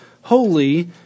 holy